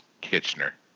Kitchener